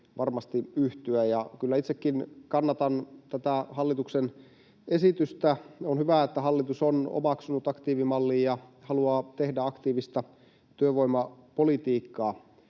varmasti yhtyä. Kyllä itsekin kannatan tätä hallituksen esitystä. On hyvä, että hallitus on omaksunut aktiivimallin ja haluaa tehdä aktiivista työvoimapolitiikkaa.